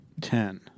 ten